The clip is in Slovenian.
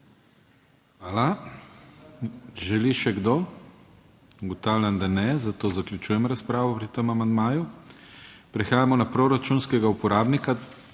razpravljati? Ugotavljam, da ne in zaključujem razpravo pri tem amandmaju. Prehajamo na proračunskega uporabnika